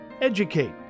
Educate